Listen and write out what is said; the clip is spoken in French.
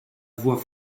voix